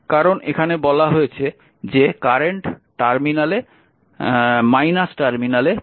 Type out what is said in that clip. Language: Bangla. কারণ এখানে বলা হয়েছে যে কারেন্ট টার্মিনালে প্রবেশ করছে